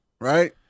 right